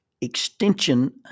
extension